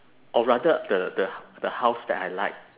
or rather the the the house that I like